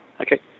Okay